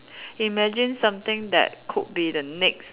imagine something that could be the next